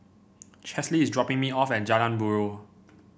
Chesley is dropping me off at Jalan Buroh